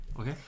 Okay